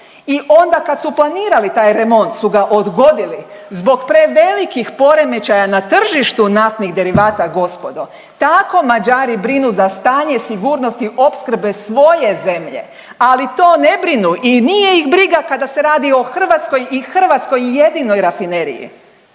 i onda kad su planirali taj remont su ga odgodili zbog prevelikih poremećaja na tržištu naftnih derivata, gospodo. Tako Mađari brinu za stanje sigurnosti opskrbe svoje zemlje, ali to ne brinu i nije ih briga, kada se radi o Hrvatskoj i hrvatskoj jedinoj rafineriji.